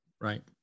Right